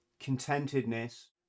contentedness